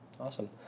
Awesome